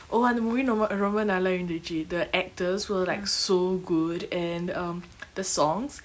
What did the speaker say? oh அந்த:antha movie ரொம்ப ரொம்ப நல்லா இருந்துச்சு:romba romba nalla irunthuchu the actors were like so good and um the songs